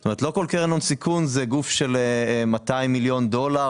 זאת אומרת לא כל קרן הון סיכון זה גוף של 200 מיליון דולר,